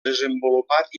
desenvolupat